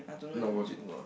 not worth it